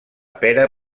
pera